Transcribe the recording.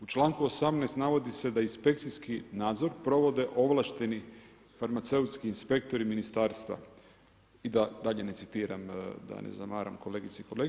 U članku 18. navodi se da inspekcijski nadzor provode ovlašteni farmaceutski inspektori ministarstva i da dalje ne citiram, da ne zamaram kolegice i kolege.